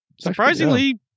surprisingly